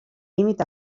límit